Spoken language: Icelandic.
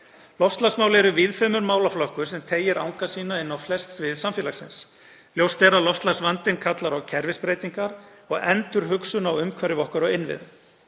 Loftslagsmál eru víðfeðmur málaflokkur sem teygir anga sína inn á flest svið samfélagsins. Ljóst er að loftslagsvandinn kallar á kerfisbreytingar og endurhugsun á umhverfi okkar og innviðum.